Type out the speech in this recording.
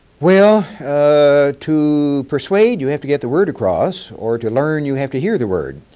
well ah to persuade, you have to get the word across or to learn, you have to hear the word.